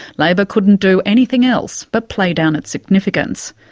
labor couldn't do anything else but play down its significance.